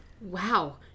Wow